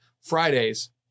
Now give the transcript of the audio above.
fridays